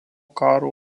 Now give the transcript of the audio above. karo